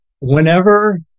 whenever